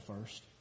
first